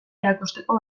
erakusteko